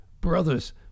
Brothers